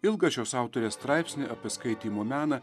ilgą šios autorės straipsnį apie skaitymo meną